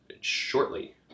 shortly